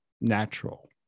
natural